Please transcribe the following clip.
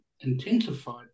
intensified